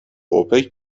اوپک